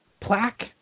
Plaque